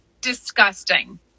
disgusting